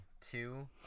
two